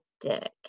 dick